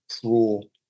cruel